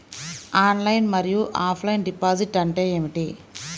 Online మరియు offline deposit అంటే ఏమిటి?